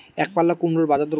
একপাল্লা কুমড়োর বাজার দর কত?